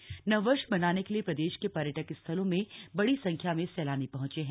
पर्यटक नव वर्ष मनाने के लिए प्रदेश के पर्यटक स्थलों में बड़ी संख्या में सैलानी पहंचे हैं